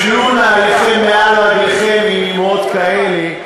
שלו נעליכם מעל רגליכם עם אמירות כאלה.